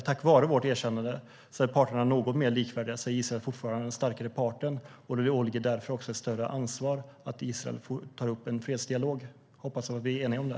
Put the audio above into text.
Tack vare vårt erkännande är parterna något mer likvärdiga, men Israel är fortfarande den starkare parten. Det vilar därför ett större ansvar på Israel att ta upp en fredsdialog. Jag hoppas att vi är eniga om det.